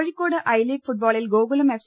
Kozhikode I league ഫുട്ബോളിൽ Gokulam F